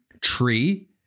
tree